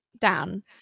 down